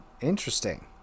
interesting